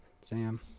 Sam